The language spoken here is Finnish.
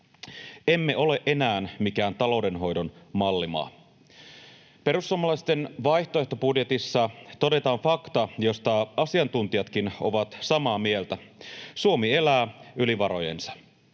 Emme ole enää mikään taloudenhoidon mallimaa. Perussuomalaisten vaihtoehtobudjetissa todetaan fakta, josta asiantuntijatkin ovat samaa mieltä: Suomi elää yli varojensa,